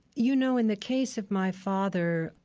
you know, in the case of my father,